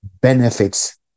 benefits